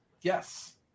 yes